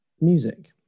music